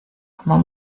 como